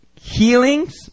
healings